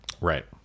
right